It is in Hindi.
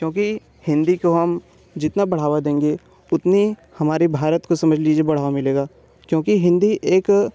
क्योंकि हिन्दी को हम जितना बढ़ावा देंगे उतना ही हमारे भारत को समझ लीजिए बढ़ावा मिलेगा क्योंकि हिन्दी एक